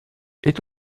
est